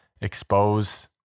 expose